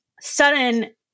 sudden